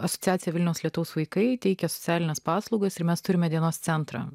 asociacija vilniaus lietaus vaikai teikia socialines paslaugas ir mes turime dienos centrą